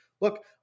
Look